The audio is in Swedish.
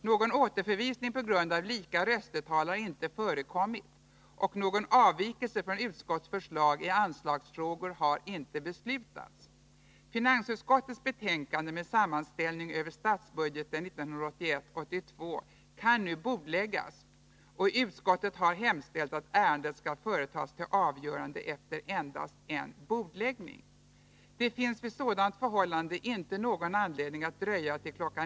Någon återförvisning på grund av lika röstetal har inte förekommit, och någon avvikelse från utskottets förslag i anslagsfrågor har inte beslutats. Finansutskottets betänkande med sammanställning över statsbudgeten 1981/82 kan nu bordläggas, och utskottet har hemställt att ärendet skall terspel i Sverige år 1988 företas till avgörande efter endast en bordläggning. Det finns vid sådant förhållande inte någon anledning att dröja till kl.